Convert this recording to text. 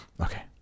Okay